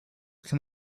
can